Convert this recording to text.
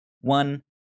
one